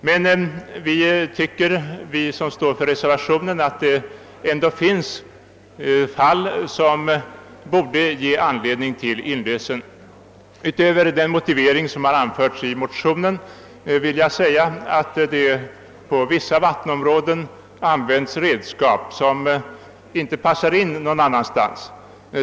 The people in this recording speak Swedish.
Men vi som står för reservationen tycker att det ändå finns fall som borde ge anledning till inlösen. Utöver den motivering som har anförts i motionen vill jag påpeka att det i vissa vattenområden används vissa redskap som inte passar någon annanstans.